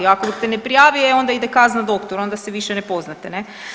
Ako te ne prijavi onda ide kazna doktoru onda se više ne poznate ne.